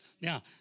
Now